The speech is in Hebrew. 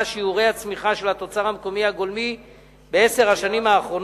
שיעורי הצמיחה של התוצר המקומי הגולמי בעשר השנים האחרונות,